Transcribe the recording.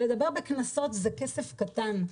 לדבר בקנסות זה כסף קטן.